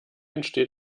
entsteht